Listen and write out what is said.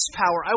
power